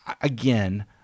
Again